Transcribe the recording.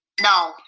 No